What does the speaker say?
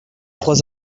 trois